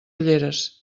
ulleres